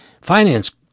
Finance